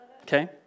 Okay